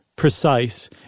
precise